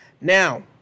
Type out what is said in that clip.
Now